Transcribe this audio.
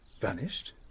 Vanished